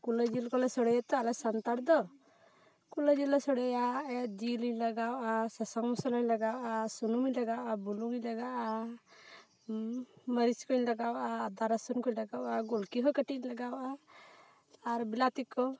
ᱠᱩᱞᱟᱹᱭ ᱡᱤᱞ ᱠᱚᱞᱮ ᱥᱚᱲᱮᱭᱟ ᱛᱚ ᱟᱞᱮ ᱥᱟᱱᱛᱟᱲ ᱫᱚ ᱠᱩᱞᱟᱹᱭ ᱡᱤᱞ ᱞᱮ ᱥᱚᱲᱮᱭᱟ ᱟᱨ ᱡᱤᱞᱤᱧ ᱞᱟᱜᱟᱣ ᱟ ᱥᱟᱥᱟᱝ ᱢᱚᱥᱞᱟᱧ ᱞᱟᱜᱟᱣ ᱟ ᱥᱩᱱᱩᱢᱤᱧ ᱞᱟᱜᱟᱣᱟ ᱵᱩᱞᱩᱝᱤᱧ ᱞᱟᱜᱟᱣᱟ ᱢᱟᱹᱨᱤᱪ ᱠᱚᱹᱧ ᱞᱟᱜᱟᱣᱟ ᱟᱫᱟ ᱨᱟᱹᱥᱩᱱ ᱠᱚᱧ ᱞᱟᱜᱟᱣᱟ ᱜᱚᱞᱠᱤ ᱦᱚᱸ ᱠᱟᱹᱴᱤᱡ ᱤᱧ ᱞᱟᱜᱟᱣᱟ ᱟᱨ ᱵᱮᱞᱟᱛᱤ ᱠᱚ